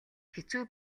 хэцүү